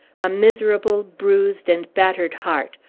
a miserable, bruised, and battered heart,